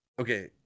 okay